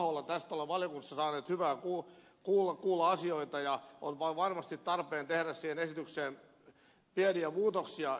tästä olemme valiokunnassa saaneet kuulla asioita ja on vain varmasti tarpeen tehdä siihen esitykseen pieniä muutoksia